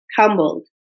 humbled